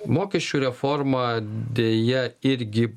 mokesčių reforma deja irgi